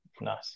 Nice